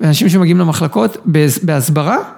אנשים שמגיעים למחלקות בס בהסברה